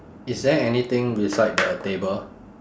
is there anything beside the table